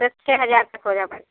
बस छः हज़ार तक होगा बस